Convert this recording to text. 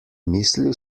mislil